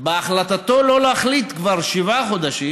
בהחלטתו לא להחליט כבר שבעה חודשים